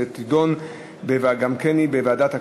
וגם היא תידון בוועדת הכלכלה.